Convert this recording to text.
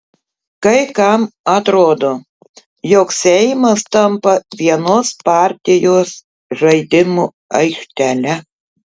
kai kam atrodo jog seimas tampa vienos partijos žaidimų aikštele